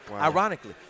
Ironically